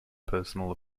personal